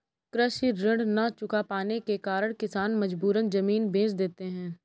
कृषि ऋण न चुका पाने के कारण किसान मजबूरन जमीन बेच देते हैं